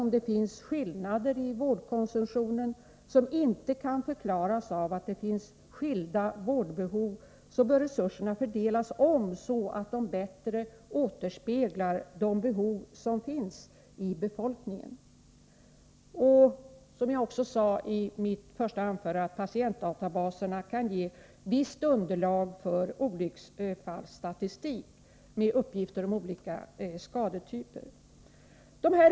Om det finns skillnader i vårdkonsumtionen som inte kan förklaras av skilda vårdbehov bör resurserna fördelas om, så att de bättre återspeglar de behov som befolkningen har. Som jag sade i mitt första anförande kan patientdatabaserna också ge visst underlag för olycksfallsstatistik med uppgifter om olika skadetyper.